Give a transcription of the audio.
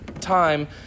time